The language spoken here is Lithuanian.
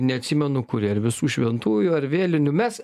neatsimenu kuri ar visų šventųjų ar vėlinių mes